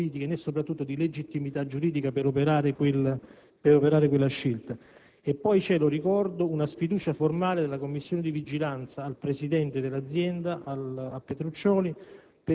politiche, né, soprattutto, di legittimità giuridica per operare quella scelta. Vi è poi - lo ricordo - una sfiducia formale della Commissione di vigilanza nei confronti del presidente dell'Azienda Petruccioli,